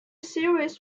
series